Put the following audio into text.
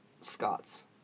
Scots